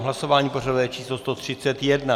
Hlasování pořadové číslo 131.